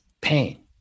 pain